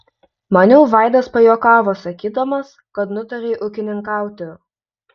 maniau vaidas pajuokavo sakydamas kad nutarei ūkininkauti